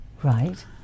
Right